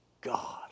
God